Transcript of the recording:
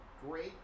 great